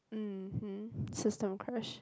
mmhmm system crash